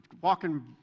walking